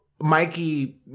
Mikey